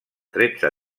tretze